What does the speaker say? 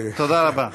תודה רבה.